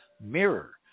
mirror